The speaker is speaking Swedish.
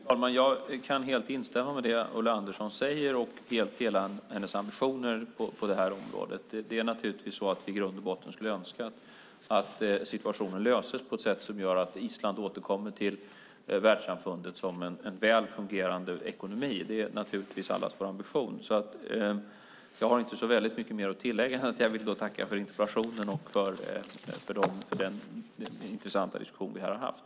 Fru talman! Jag kan helt instämma med det som Ulla Andersson säger och helt dela hennes ambitioner på det här området. Vi skulle naturligtvis i grund och botten önska att situationen löses på ett sådant sätt att Island återkommer till världssamfundet som en väl fungerande ekonomi. Det är allas vår ambition. Jag har inte så väldigt mycket mer att tillägga än att jag vill tacka för interpellationen och den intressanta diskussion vi har haft.